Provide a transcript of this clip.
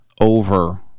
over